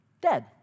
dead